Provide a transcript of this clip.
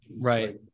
right